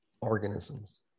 organisms